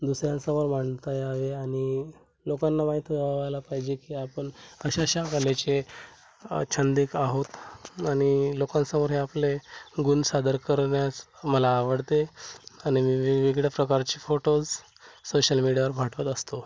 दुसऱ्यांसमोर मांडता यावे आणि लोकांना माहीत व्हावयाला पाहिजे की आपण अशाअशा कलेचे छंदिक आहोत आणि लोकांसमोर हे आपले गुण सादर करण्यास मला आवडते आणि मी वेगवेगळ्या प्रकारचे फोटोज् सोशल मीडियावर पाठवत असतो